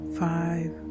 five